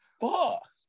fuck